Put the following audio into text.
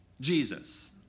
Jesus